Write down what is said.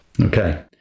Okay